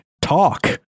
talk